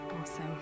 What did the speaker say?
Awesome